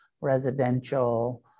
residential